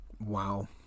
Wow